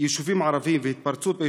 ביישובים ערביים התפרצות,